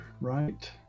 right